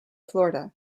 florida